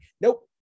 Nope